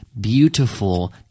beautiful